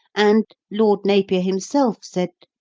and lord napier himself said